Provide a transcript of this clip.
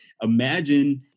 imagine